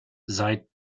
seit